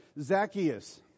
Zacchaeus